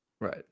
Right